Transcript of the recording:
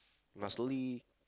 must slowly